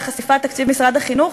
על חשיפת תקציב משרד החינוך,